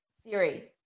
Siri